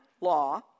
law